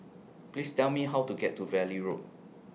Please Tell Me How to get to Valley Road